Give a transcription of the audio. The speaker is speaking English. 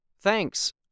Thanks